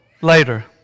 later